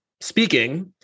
speaking